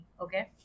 okay